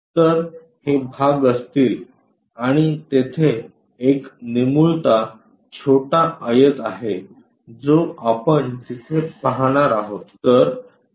तर हे भाग असतील आणि तेथे एक निमुळता छोटा आयत आहे जो आपण तिथे पाहणार आहोत